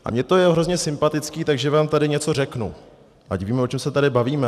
A mě to je hrozně sympatické, takže vám tady něco řeknu, ať víme, o čem se tady bavíme.